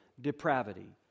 depravity